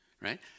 right